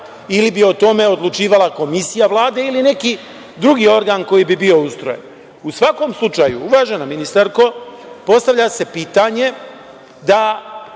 ili bi o tome odlučivala komisija Vlade ili neki drugi organ koji bi bio ustrojen?U svakom slučaju, uvažena ministarko, postavlja se pitanje da